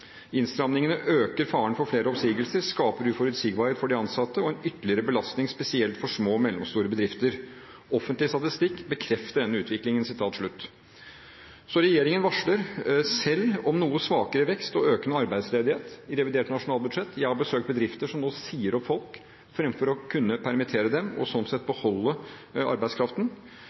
flere oppsigelser, skaper uforutsigbarhet for de ansatte og er en ytterligere belastning spesielt for små og mellomstore bedrifter. Offentlig statistikk bekrefter denne utviklingen.» Regjeringen varsler selv om noe svakere vekst og økende arbeidsledighet i revidert nasjonalbudsjett. Jeg har besøkt bedrifter som nå sier opp folk fremfor å kunne permittere dem, og slik sett beholde arbeidskraften.